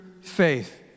faith